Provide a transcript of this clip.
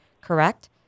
Correct